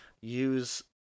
use